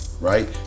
right